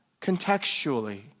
contextually